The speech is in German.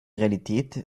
realität